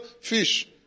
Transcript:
fish